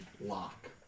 lock